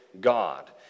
God